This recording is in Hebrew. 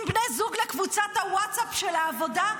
בני זוג לקבוצת הוואטסאפ של העבודה,